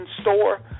store